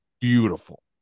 beautiful